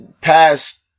past